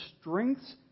strengths